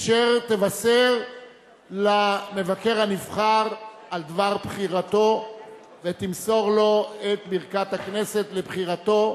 אשר תבשר למבקר הנבחר על דבר בחירתו ותמסור לו את ברכת הכנסת לבחירתו,